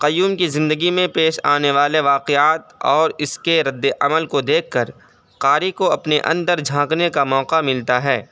قیوم کی زندگی میں پیش آنے والے واقعات اور اس کے ردِ عمل کو دیکھ کر قاری کو اپنے اندر جھانکنے کا موقع ملتا ہے